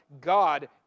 God